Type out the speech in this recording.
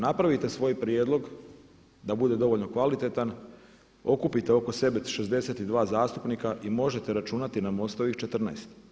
Napravite svoj prijedlog da bude dovoljno kvalitetan, okupite oko sebe 62 zastupnika i možete računati na MOST-ovih 14.